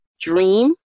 dream